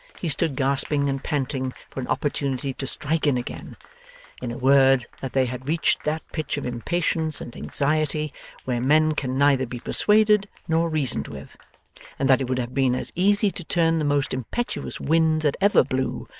he stood gasping and panting for an opportunity to strike in again in a word, that they had reached that pitch of impatience and anxiety where men can neither be persuaded nor reasoned with and that it would have been as easy to turn the most impetuous wind that ever blew,